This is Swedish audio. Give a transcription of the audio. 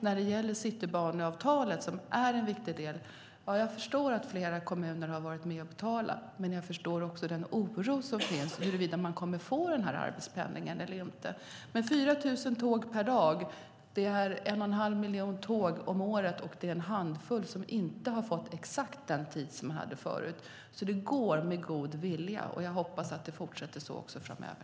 När det gäller Citybaneavtalet, som är en viktig del, förstår jag att flera kommuner har varit med och betalat, och jag förstår också den oro som finns när det gäller om man ska få ökad arbetspendling eller inte. 4 000 tåg per dag är 1 1⁄2 miljon tåg om året, och det är en handfull som inte har fått exakt den tid som de hade förut. Det går med god vilja. Jag hoppas att det fortsätter så också framöver.